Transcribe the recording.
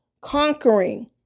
conquering